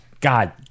God